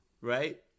right